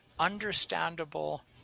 understandable